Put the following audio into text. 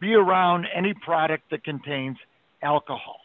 be around any product that contains alcohol